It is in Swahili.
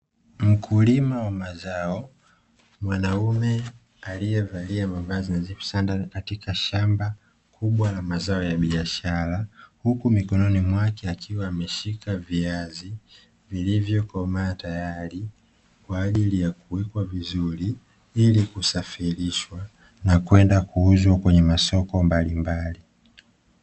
Mkulima wa mazao, mwanaume aliyevalia mavazi nadhifu sana katika shamba kubwa la mazao ya biashara, huku mikononi mwake akiwa ameshika viazi vilivyokomaa tayari kwa ajili ya kuwekwa vizuri ili kusafirishwa na kwenda kuuzwa kwenye masoko mbalimbali.